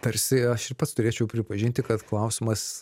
tarsi aš ir pats turėčiau pripažinti kad klausimas